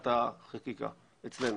מבחינת החקיקה אצלנו.